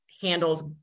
handles